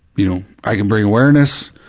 you know, i can bring awareness,